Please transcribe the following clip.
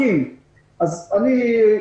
יש לנו מאות אסירים שהם נדבקים.